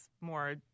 more